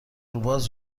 روباز